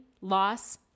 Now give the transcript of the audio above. Loss